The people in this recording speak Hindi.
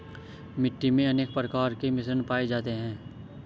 मिट्टी मे अनेक प्रकार के मिश्रण पाये जाते है